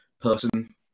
person